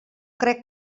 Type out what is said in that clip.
crec